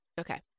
okay